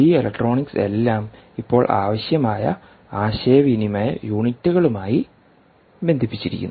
ഈ ഇലക്ട്രോണിക്സ് എല്ലാം ഇപ്പോൾ ആവശ്യമായ ആശയവിനിമയ യൂണിറ്റുകളുമായി ബന്ധിപ്പിച്ചിരിക്കുന്നു